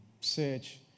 search